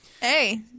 Hey